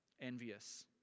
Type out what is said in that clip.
envious